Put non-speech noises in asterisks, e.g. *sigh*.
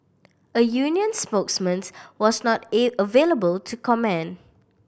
a union spokesman *unintelligible* was not available to comment